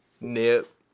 Nip